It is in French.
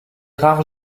rares